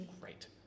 great